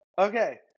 Okay